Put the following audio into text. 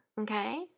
okay